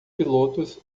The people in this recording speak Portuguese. pilotos